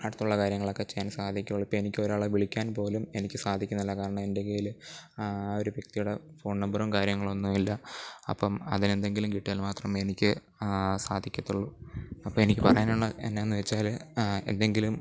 അടുത്തുള്ള കാര്യങ്ങളൊക്കെ ചെയ്യാൻ സാധിക്കുകയുള്ളു ഇപ്പോള് എനിക്ക് ഒരാളെ വിളിക്കാൻ പോലും എനിക്ക് സാധിക്കുന്നില്ല കാർണം എൻ്റെ കയ്യില് ആ ഒരു വ്യക്തിയുടെ ഫോൺ നമ്പറും കാര്യങ്ങളൊന്നുമില്ല അപ്പോള് അതിനെന്തെങ്കിലും കിട്ടിയാൽ മാത്രമെ എനിക്ക് സാധിക്കത്തുള്ളു അപ്പോള് എനിക്ക് പറയാനുള്ള എന്നാന്നുവച്ചാല് എന്തെങ്കിലും